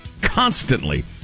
constantly